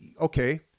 Okay